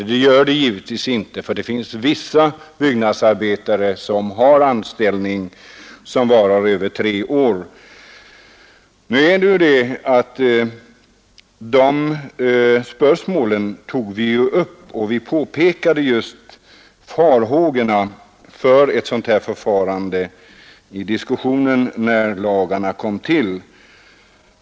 men det gör det givetvis inte; vissa har anställning som varar över 2 ar - inte omfattas av lagstiftningen. I den diskussion som föregick riksdagsbeslutet tog vi upp dessa spörsmål och papekade riskerna för ett sådant förfarande.